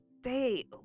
stay